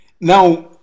now